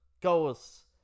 goes